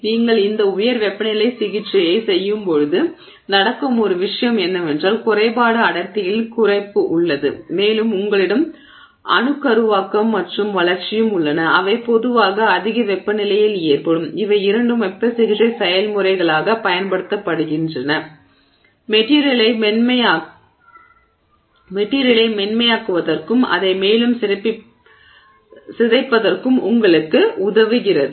நீங்கள் இந்த உயர் வெப்பநிலை சிகிச்சையைச் செய்யும்போது நடக்கும் ஒரு விஷயம் என்னவென்றால் குறைபாடு அடர்த்தியில் குறைப்பு உள்ளது மேலும் உங்களிடம் அணுக்கருவாக்கம் மற்றும் வளர்ச்சியும் உள்ளன அவை பொதுவாக அதிக வெப்பநிலையில் ஏற்படும் இவை இரண்டும் வெப்ப சிகிச்சை செயல்முறைகளாகப் பயன்படுத்தப்படுகின்றன மெட்டிரியலை மென்மையாக்குவதற்கும் அதை மேலும் சிதைப்பதற்கும் உங்களுக்கு உதவுகிறது